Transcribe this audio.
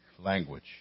language